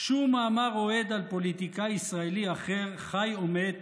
שום מאמר אוהד על פוליטיקאי ישראלי אחר, חי או מת,